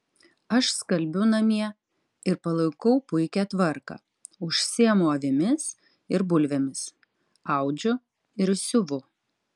aš skalbiu namie ir palaikau puikią tvarką užsiimu avimis ir bulvėmis audžiu ir siuvu